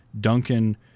Duncan